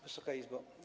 Wysoka Izbo!